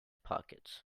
pockets